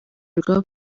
rwa